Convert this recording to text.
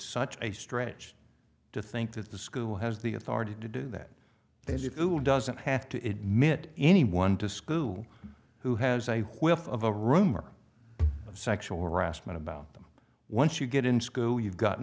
such a stretch to think that the school has the authority to do that as it doesn't have to admit anyone to school who has a wealth of a rumor of sexual harassment about them once you get in school you've got